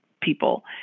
people